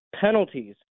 penalties